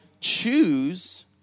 choose